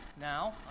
now